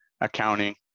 accounting